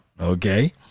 okay